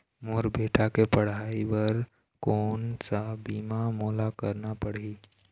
मोर बेटा के पढ़ई बर कोन सा बीमा मोला करना पढ़ही?